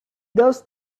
those